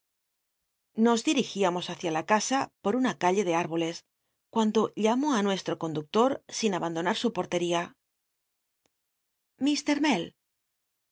nos dirigíamos hlicia la casa po úna calle de árboles cuando llamó nuestro concluclor sin abandonar sil portería